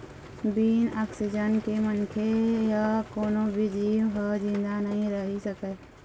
बिन ऑक्सीजन के मनखे य कोनो भी जींव ह जिंदा नइ रहि सकय